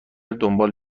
دنبال